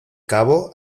cabo